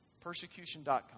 Persecution.com